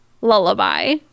lullaby